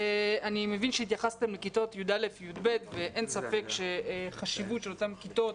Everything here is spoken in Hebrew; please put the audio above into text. אני מבין שהתייחסתם לכיתות י"א ו-י"ב ואין ספק בחשיבות אותן כיתות